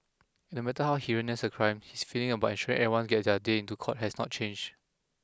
and no matter how heinous the crime his feeling about ensuring everyone gets their day into court has not changed